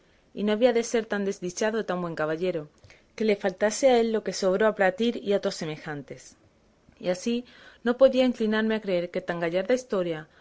y no había de ser tan desdichado tan buen caballero que le faltase a él lo que sobró a platir y a otros semejantes y así no podía inclinarme a creer que tan gallarda historia